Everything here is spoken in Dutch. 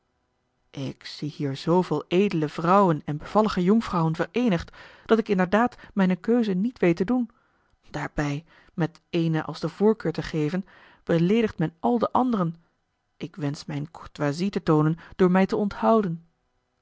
ik zie hier zoovele edele vrouwen en bevallige jonkvrouwen vereenigd dat ik inderdaad mijne keuze niet weet te doen daarbij met eene als de voorkeur te geven beleedigt men al de anderen ik wensch mijne courtoisie te toonen door mij te onthouden